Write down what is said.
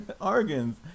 organs